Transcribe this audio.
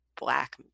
black